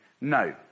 no